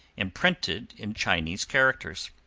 and printed in chinese characters.